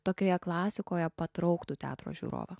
tokioje klasikoje patrauktų teatro žiūrovą